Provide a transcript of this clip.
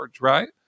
right